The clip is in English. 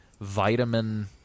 vitamin